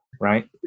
right